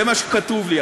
זה מה שכתוב לי.